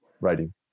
writing